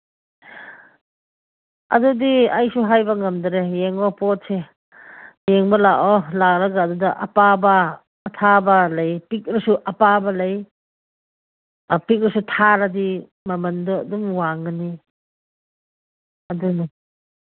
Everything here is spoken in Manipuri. ꯑꯗꯨꯗꯤ ꯑꯩꯁꯨ ꯍꯥꯏꯕ ꯉꯝꯗꯔꯦ ꯄꯣꯠꯁꯦ ꯌꯦꯡꯕ ꯂꯥꯛꯑꯣ ꯂꯥꯛꯂꯒ ꯑꯗꯨꯗ ꯑꯄꯥꯕ ꯑꯊꯥꯕ ꯂꯩ ꯄꯤꯛꯂꯁꯨ ꯑꯄꯥꯕ ꯂꯩ ꯄꯤꯛꯂꯁꯨ ꯊꯥꯔꯗꯤ ꯃꯃꯟꯗꯨ ꯑꯗꯨꯝ ꯋꯥꯡꯒꯅꯤ ꯑꯗꯨꯅꯤ